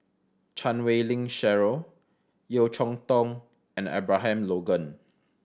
Chan Wei Ling Cheryl Yeo Cheow Tong and Abraham Logan